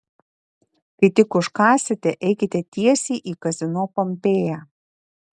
kai tik užkąsite eikite tiesiai į kazino pompėja